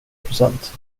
procent